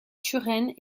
turenne